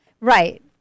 Right